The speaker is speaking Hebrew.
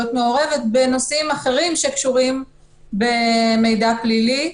מעורבת בנושאים אחרים שקשורים במידע פלילי,